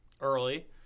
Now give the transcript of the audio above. early